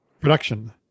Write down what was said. production